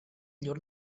llur